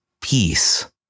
peace